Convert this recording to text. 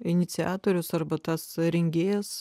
iniciatorius arba tas rengėjas